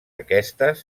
aquestes